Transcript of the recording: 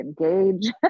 engage